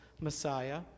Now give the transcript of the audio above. Messiah